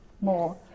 more